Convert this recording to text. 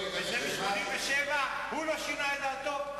ומ-1987 הוא לא שינה את דעתו,